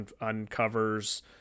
uncovers